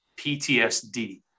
PTSD